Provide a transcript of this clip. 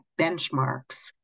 benchmarks